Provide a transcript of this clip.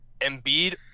Embiid